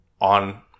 on